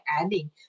adding